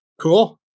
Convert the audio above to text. Cool